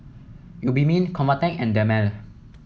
Obimin Convatec and Dermale